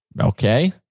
Okay